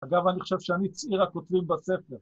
אגב, אני חושב שאני צעיר הכותבים בספר.